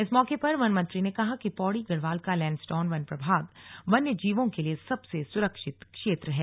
इस मौके पर वन मंत्री ने कहा कि पौड़ी गढ़वाल का लैंसडौन वन प्रभाग वन्य जीवों के लिए सबसे सुरक्षित क्षेत्र है